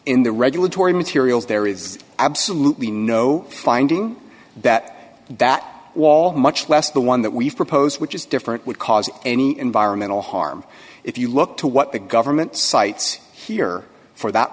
in the regulatory materials there is absolutely no finding that that wall much less the one that we've proposed which is different would cause any environmental harm if you look to what the government sites here for that